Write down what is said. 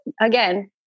again